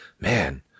man